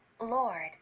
Lord